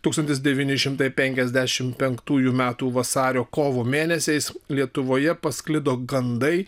tūkstantis devyni šimtai penkiasdešimt penktųjų metų vasario kovo mėnesiais lietuvoje pasklido gandai